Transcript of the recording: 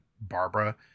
Barbara